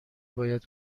باید